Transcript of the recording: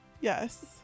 yes